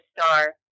Star